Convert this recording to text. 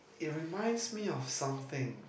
it reminds me of something